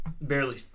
barely